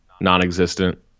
non-existent